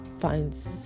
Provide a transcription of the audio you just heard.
finds